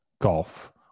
Golf